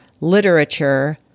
literature